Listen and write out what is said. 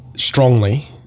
Strongly